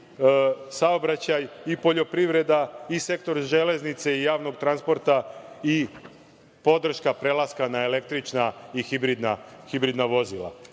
saobraćaj, i poljoprivreda i sektor železnice i javnog transporta i podrška prelaska na električna i hibridna vozila. Ovo